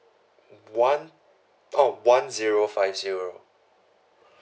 one oh one zero five zero